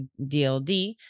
DLD